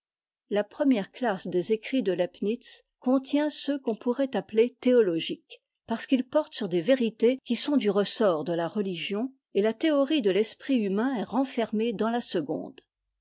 la première classe des écrits de leibnitz contient ceux qu'on pourrait appeler théologiques parce qu'ils portent sur dès vérités qui sont du ressort de la religion et la théorie de l'esprit humain est renfermée dans la seconde